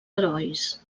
herois